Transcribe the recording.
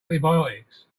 antibiotics